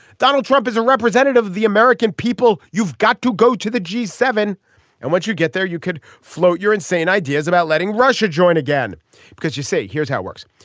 donald trump is a representative of the american people. you've got to go to the g seven and once you get there you could float your insane ideas about letting russia join again because you say here's how it works.